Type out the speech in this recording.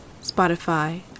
Spotify